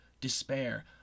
despair